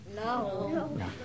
No